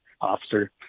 officer